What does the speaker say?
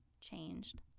changed